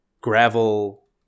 gravel